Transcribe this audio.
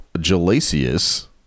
Gelasius